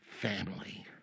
family